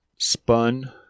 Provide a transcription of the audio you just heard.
Spun